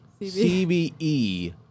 CBE